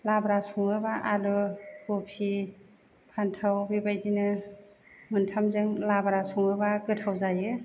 लाब्रा सङोबा आलु खफि फान्थाव बेबायदिनो मोनथामजों लाब्रा सङोबा गोथाव जायो